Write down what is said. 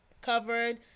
covered